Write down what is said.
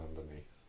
underneath